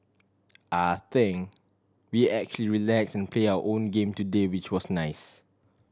I think we actually relax and play our own game today which was nice